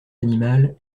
animal